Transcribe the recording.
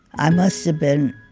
i must have been,